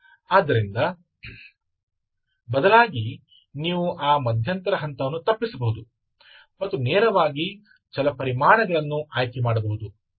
ಆದ್ದರಿಂದ ಬದಲಾಗಿ ನೀವು ಆ ಮಧ್ಯಂತರ ಹಂತವನ್ನು ತಪ್ಪಿಸಬಹುದು ಮತ್ತು ನೇರವಾಗಿ ಚಲಪರಿಮಾಣಗಳನ್ನು ಆಯ್ಕೆ ಮಾಡಬಹುದು